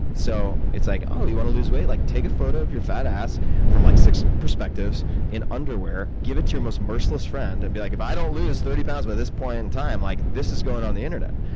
so it's like oh, you want to lose weight? like take a photo of your fat ass from like six perspectives in underwear, give it to your most merciless friends, and be like, if i don't lose thirty pounds by this point in time, like this is going on the internet.